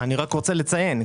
אני רק רוצה לציין,